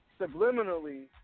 subliminally